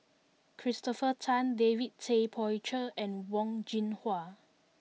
Christopher Tan David Tay Poey Cher and Wen Jinhua